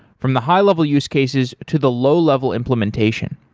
from the high-level use cases to the low-level implementation.